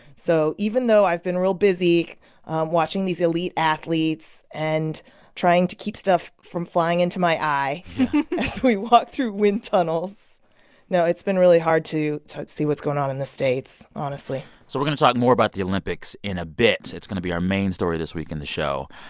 so even though i've been real busy watching these elite athletes and trying to keep stuff from flying into my eye. yeah. as we walk through wind tunnels no, it's been really hard to to see what's going on in the states, honestly so we're going to talk more about the olympics in a bit. it's going to be our main story this week in the show.